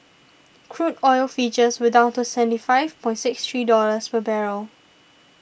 crude oil futures were down to seventy five point six three dollars per barrel